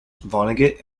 vonnegut